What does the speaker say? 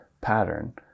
pattern